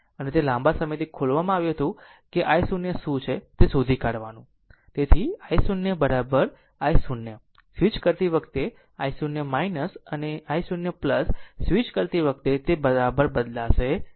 અને તે લાંબા સમયથી ખોલવામાં આવ્યું હતું કે i0 શું છે તે શોધી કાઢવું અને i0 i0 i0 સ્વિચ કરતી વખતે i0 અને i0 સ્વિચ કરતી વખતે તે બરાબર બદલાશે નહીં